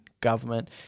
government